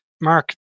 Mark